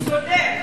הוא צודק.